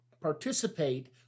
participate